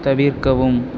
தவிர்க்கவும்